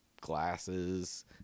glasses